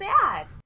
sad